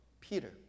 Peter